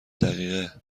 دقیقه